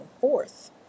forth